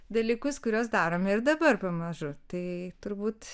dalykus kuriuos darome ir dabar pamažu tai turbūt